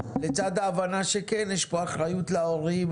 לצד ההבנה שכן יש פה אחריות להורים,